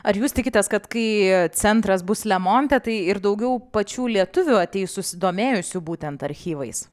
ar jūs tikitės kad kai centras bus lemonte tai ir daugiau pačių lietuvių ateis susidomėjusių būtent archyvais